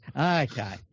Okay